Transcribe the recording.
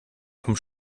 vom